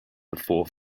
before